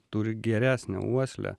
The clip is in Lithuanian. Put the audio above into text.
turi geresnę uoslę